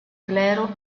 clero